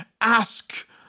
ask